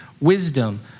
wisdom